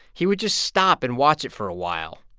he would just stop and watch it for a while,